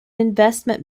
investment